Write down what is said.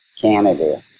Canada